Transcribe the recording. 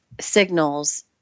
signals